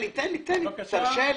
בבקשה,